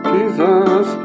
Jesus